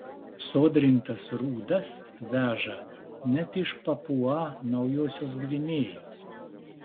sodrintas rūdas veža net iš papua naujosios gvinėjos